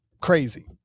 crazy